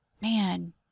man